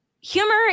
humor